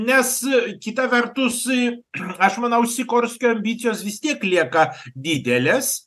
nes kita vertus į aš manau sikorskio ambicijos vis tiek lieka didelės